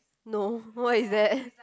no what is that